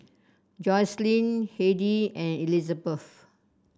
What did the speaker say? Joycelyn Hedy and Elisabeth